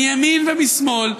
מימין ומשמאל,